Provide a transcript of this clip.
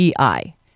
EI